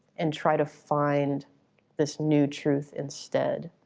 and try to find this new truth instead.